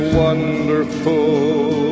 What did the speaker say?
wonderful